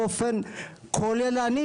באופן כוללני,